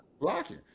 blocking